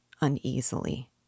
uneasily